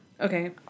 Okay